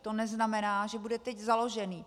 To neznamená, že bude teď založený.